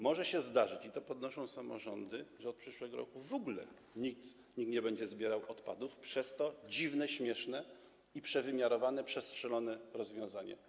Może się zdarzyć, i to podnoszą samorządy, że od przyszłego roku w ogóle nikt nie będzie zbierał odpadów przez to dziwne, śmieszne, przewymiarowane i przestrzelone rozwiązanie.